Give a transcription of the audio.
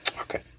Okay